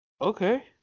Okay